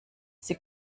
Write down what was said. sie